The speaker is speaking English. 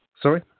Sorry